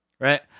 right